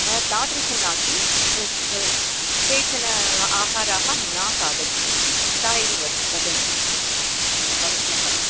तादृशं नास्ति केचन आहाराः न खादनीयाः इति सा एव वदति वदन्ति भवत्याः